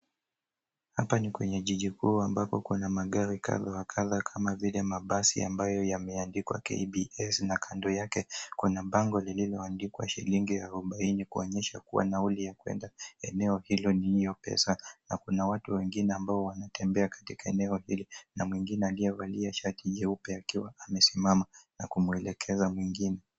Hapa ni kwenye jiji kuu ambapo kuna magari kadha wa kadha kama vile mabasi ambayo yameandikwa KBS na kando yake kuna bango lilioandikwa shilingi arobaini kuonyesha kuwa nauli ya kuenda eneo hilo ni hiyo pesa na kuna watu wengine ambao wanatembea katika eneo hilo na mwengine aliyevalia shati nyeupe akiwa amesimama na kumwelekeza mwengine.